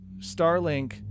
Starlink